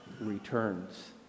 returns